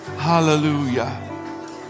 Hallelujah